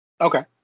Okay